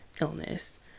illness